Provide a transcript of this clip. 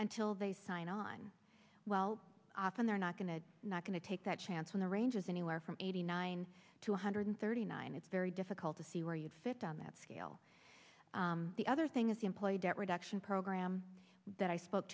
until they sign on well often they're not going to not going to take that chance in the ranges anywhere from eighty nine to one hundred thirty nine it's very difficult to see where you'd fit on that scale the other thing is the employee debt reduction program that i spoke